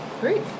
Great